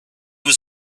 was